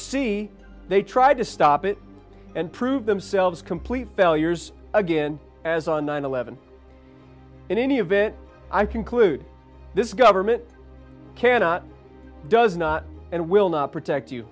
see they tried to stop it and prove themselves complete failures again as on nine eleven in any of it i conclude this government cannot does not and will not protect you